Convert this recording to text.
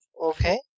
Okay